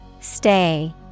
Stay